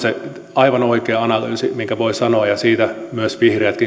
aivan oikea analyysi minkä voi sanoa ja siitä myös vihreät kantavat